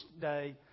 day